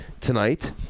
tonight